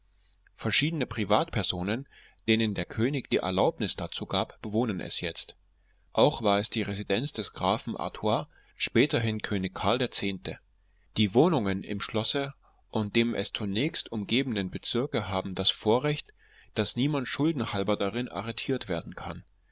verschiedene privatpersonen denen der könig die erlaubnis dazu gab bewohnen es jetzt auch war es die residenz des grafen artois späterhin könig karl der zehnte die wohnungen im schlosse und dem es zunächst umgebenden bezirke haben das vorrecht daß niemand schuldenhalber darin arretiert werden kann